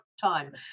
time